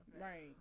Right